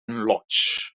lodge